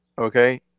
Okay